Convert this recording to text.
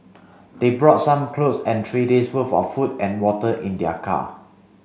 they brought some clothes and three days worth of food and water in their car